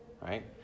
Right